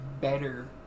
better